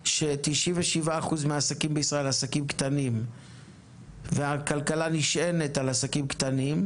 "97% מהעסקים בישראל הם עסקים קטנים והכלכלה נשענת עליהם,